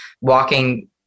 walking